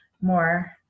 more